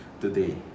today